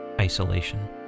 isolation